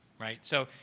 right? so,